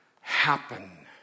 happen